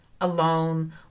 alone